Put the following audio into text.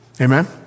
Amen